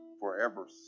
forever